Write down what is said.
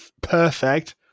perfect